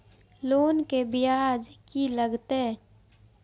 Loan के ब्याज की लागते?